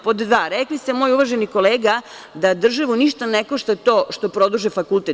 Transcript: Pod dva, rekli ste, moj uvaženi kolega, da državu ništa ne košta to što produži fakultet.